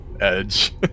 edge